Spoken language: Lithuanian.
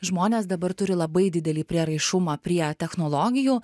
žmonės dabar turi labai didelį prieraišumą prie technologijų